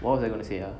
what was I gonna say ah